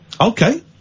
Okay